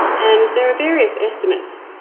and there are various estimates.